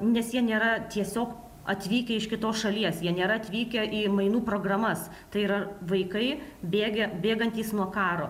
nes jie nėra tiesiog atvykę iš kitos šalies jie nėra atvykę į mainų programas tai yra vaikai bėgę bėgantys nuo karo